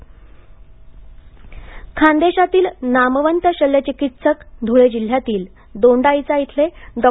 निधन धळे खान्देशातील नामवंत शल्यचिकित्सक ध्रळे जिल्ह्यातील दोंडाईचा इथले डॉ